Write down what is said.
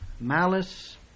malice